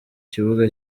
kibuga